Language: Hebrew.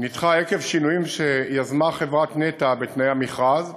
נדחה עקב שינויים שיזמה חברת נת"ע בתנאי המכרז,